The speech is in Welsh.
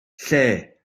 lle